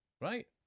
right